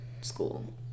school